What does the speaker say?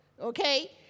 okay